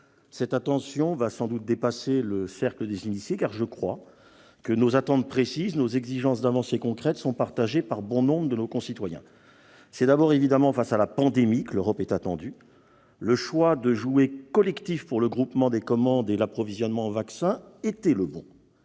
Cette attention va sans doute dépasser le cercle des initiés, car je crois que nos attentes précises, nos exigences d'avancées concrètes, sont partagées par bon nombre de nos concitoyens. C'est d'abord évidemment face à la pandémie que l'Europe est attendue. Le choix de jouer collectif pour le groupement des commandes et l'approvisionnement en vaccins était le bon.